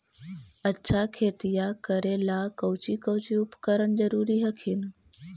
अच्छा खेतिया करे ला कौची कौची उपकरण जरूरी हखिन?